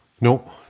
No